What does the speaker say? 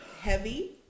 heavy